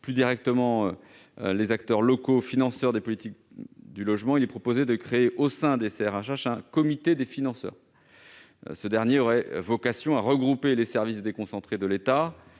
plus directement les acteurs locaux financeurs des politiques du logement, nous suggérons de créer au sein des CRHH un comité des financeurs. Celui-ci aurait vocation à regrouper, entre autres, les services déconcentrés de l'État,